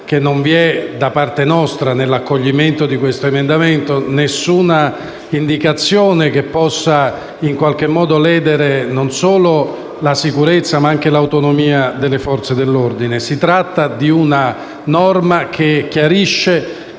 che non vi è, da parte nostra, nel parere favorevole all'accoglimento dell'emendamento in esame, alcuna indicazione che possa in qualche modo ledere non solo la sicurezza, ma anche l'autonomia delle Forze dell'ordine. Si tratta di una norma che chiarisce,